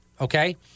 okay